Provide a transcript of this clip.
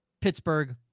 Pittsburgh